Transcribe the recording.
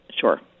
sure